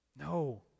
no